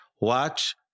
watch